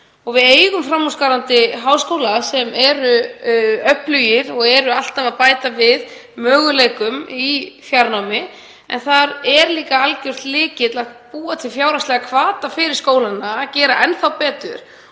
Við eigum framúrskarandi háskóla sem eru öflugir og eru alltaf að bæta við möguleikum í fjarnámi. En þar er líka algjört lykilatriði að búa til fjárhagslega hvata fyrir skólana til að gera enn betur